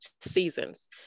seasons